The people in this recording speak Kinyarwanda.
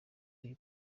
uyu